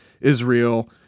Israel